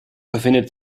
befindet